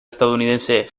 estadounidense